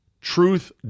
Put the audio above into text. Truth